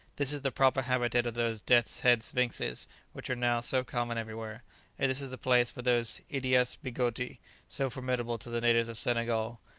this is the proper habitat of those death's-head sphinxes which are now so common everywhere and this is the place for those idias bigoti so formidable to the natives of senegal.